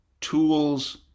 tools